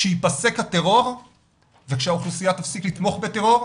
שייפסק הטרור וכשהאוכלוסייה תפסיק לתמוך בטרור,